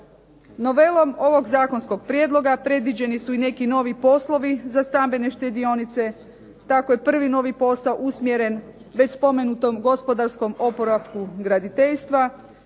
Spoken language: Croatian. Novelom ovog zakonskog prijedloga predviđeni su neki novi poslovi za stambene štedionice, tako je prvi novi posao usmjeren već spomenutom gospodarskom oporavku graditeljstva.